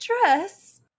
dress